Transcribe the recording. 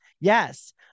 Yes